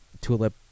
tulip